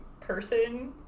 person